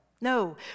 No